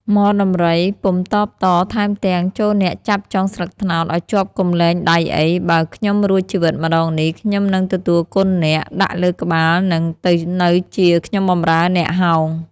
ទម័ក ពុំតបតថែមទាំង “ចូរអ្នកចាប់ចុងស្លឹកត្នោតឱ្យជាប់កុំលែងដៃអី បើខ្ញុំរួចជីវិតម្តងនេះ ខ្ញុំនឹងទទួលគុណអ្នក ដាក់លើក្បាលនិងទៅនៅជាខ្ញុំបំរើអ្នកហោង”។